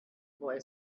boy